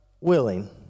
willing